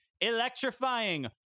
electrifying